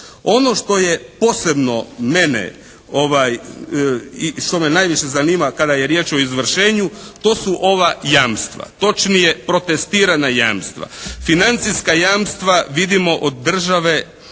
Ono što je posebno mene i što me najviše zanima kada je riječ o izvršenju to su ova jamstva. Točnije protestirana jamstva. Financijska jamstva vidimo od države